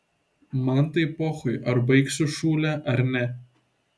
man tai pochui ar baigsiu šūlę ar ne